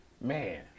man